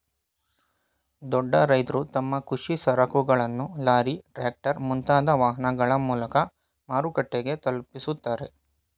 ದೊಡ್ಡ ರೈತ್ರು ತಮ್ಮ ಕೃಷಿ ಸರಕುಗಳನ್ನು ಲಾರಿ, ಟ್ರ್ಯಾಕ್ಟರ್, ಮುಂತಾದ ವಾಹನಗಳ ಮೂಲಕ ಮಾರುಕಟ್ಟೆಗೆ ತಲುಪಿಸುತ್ತಾರೆ